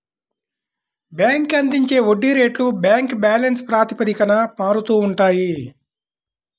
bank అందించే వడ్డీ రేట్లు బ్యాంక్ బ్యాలెన్స్ ప్రాతిపదికన మారుతూ ఉంటాయి